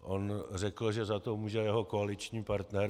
On řekl, že za to může jeho koaliční partner.